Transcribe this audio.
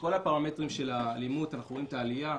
בכל הפרמטרים של האלימות אנחנו רואים את העלייה,